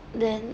then